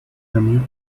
permute